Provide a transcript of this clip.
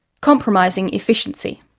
compromising efficiency.